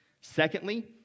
Secondly